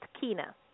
Kina